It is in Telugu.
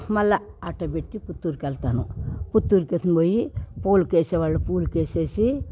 మళ్ళా ఆటో పెట్టి పుత్తూరుకు వెళ్తాను పుత్తూరుకెత్తుకొని పోయి పూలుకేసే వాళ్ళకి పూలు వేసేసి